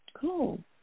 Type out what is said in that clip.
Cool